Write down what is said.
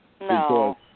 No